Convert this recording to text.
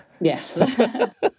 Yes